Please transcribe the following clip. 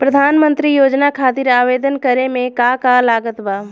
प्रधानमंत्री योजना खातिर आवेदन करे मे का का लागत बा?